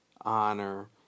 honor